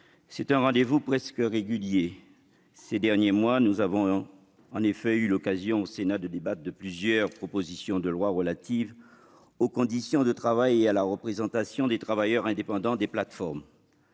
c'est un rendez-vous presque régulier : ces derniers mois, nous avons en effet eu l'occasion de débattre ici de plusieurs propositions de loi relatives aux conditions de travail et à la représentation des travailleurs indépendants des plateformes.